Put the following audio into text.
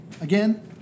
again